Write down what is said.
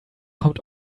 kommt